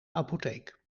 apotheek